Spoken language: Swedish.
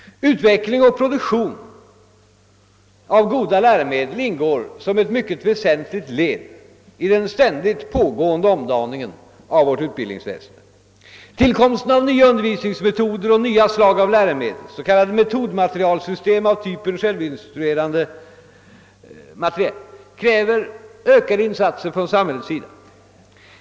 Utvecklingen och produktionen av goda läromedel ingår som ett väsentligt led i den ständigt fortskridande omdaningen av vårt utbildningsväsende. Tillkomsten av nya undervisningsmetoder och nya slag av läromedel, s.k. metodmaterielsystem av typen självinstruerande materiel, kräver ökade insatser av samhället.